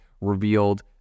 revealed